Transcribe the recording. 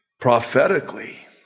prophetically